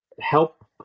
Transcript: help